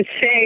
say